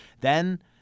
Then-